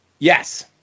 Yes